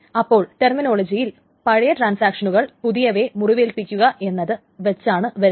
അപ്പോൾ ടെർമിനോളജിയിൽ പഴയ ട്രാൻസാക്ഷനുകൾ പുതിയവയെ മുറിവേൽപ്പിക്കുക എന്നത് വച്ചാണ് വരുന്നത്